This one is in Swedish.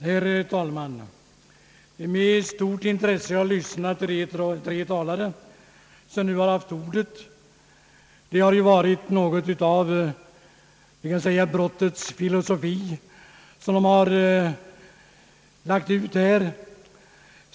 Herr talman! Med stort intresse har jag lyssnat till de tre talare som haft ordet. Det har varit något av brottets filosofi, som de har lagt ut här.